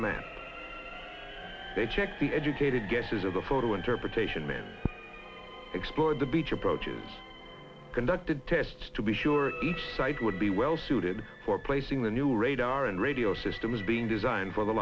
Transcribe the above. markdown that they checked the educated guesses of the photo interpretation meant exploring the beach approaches conducted tests to be sure each side would be well suited for placing the new radar and radio system as being designed for the